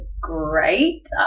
great